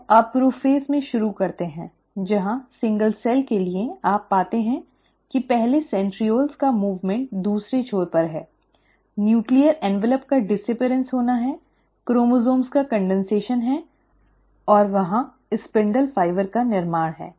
तो आप प्रोफ़ेज़ में शुरू करते हैं जहां एकल कोशिका के लिए आप पाते हैं कि पहले सेंट्रीओल्स का मूवमेंट दूसरे छोर पर है नूक्लीअर ऍन्वलप् का गायब होना है क्रोमोसोम्स का संघनन है और वहां स्पिंडल फाइबर का निर्माण है